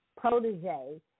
protege